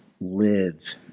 live